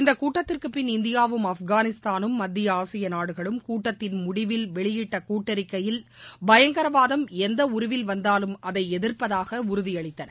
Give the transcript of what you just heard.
இந்தகூட்டத்திற்குபின் இந்தியாவும் ஆப்கானிஸ்தானும் மத்தியஆசியநாடுகளும் கூட்டத்தின் முடிவில் வெளியிட்டகூட்டறிக்கையில் பயங்கரவாதம் எந்தஉருவில் வந்தாலும் அதைஎதிர்ப்பதாகஉறுதியளித்துள்ளார்கள்